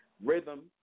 Rhythm